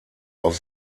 auf